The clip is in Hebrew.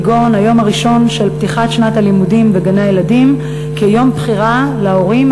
כגון היום הראשון של פתיחת שנת הלימודים וגני-הילדים כיום בחירה להורים,